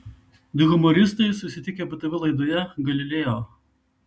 du humoristai susitikę btv laidoje galileo